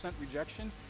rejection